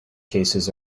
cases